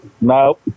No